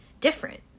different